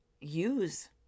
use